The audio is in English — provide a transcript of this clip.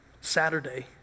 Saturday